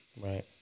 Right